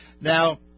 Now